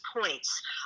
points